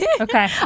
okay